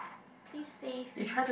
please save me